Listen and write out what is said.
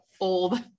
old